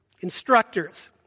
instructors